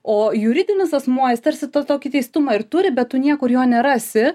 o juridinis asmuo jis tarsi tas tokį teistumą ir turi bet tu niekur jo nerasi